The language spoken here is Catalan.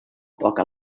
poc